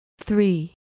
three